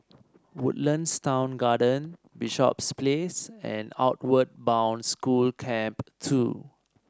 Woodlands Town Garden Bishops Place and Outward Bound School Camp Two